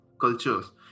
cultures